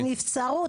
נבצרות,